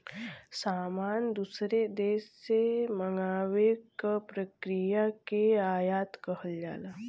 सामान दूसरे देश से मंगावे क प्रक्रिया के आयात कहल जाला